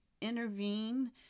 intervene